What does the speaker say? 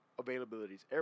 availabilities